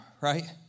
right